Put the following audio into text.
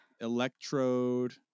Electrode